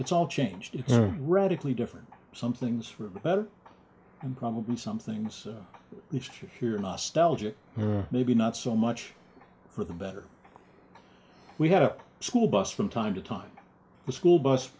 it's all changed radically different some things for the better and probably some things which are here nostalgic here maybe not so much for the better we had a school bus from time to time the school bus